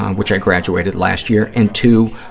um which i graduated last year, and two,